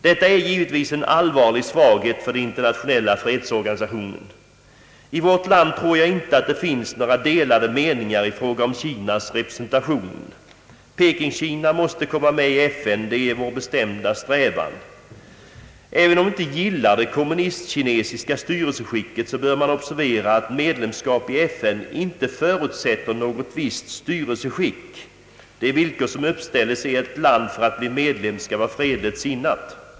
Detta är givetvis en allvarlig svaghet för den internationella fredsorganisationen. I vårt land tror jag inte det finns några delade me ningar om Kinas representation. Peking-Kina måste komma med i FN, det är vår bestämda strävan. även om man inte gillar det kommunistkinesiska styrelseskicket, bör man observera att medlemsskap i FN inte förutsätter något visst styrelseskick. Det villkor som uppställs är att ett land för att bli medlem skall vara fredligt sinnat.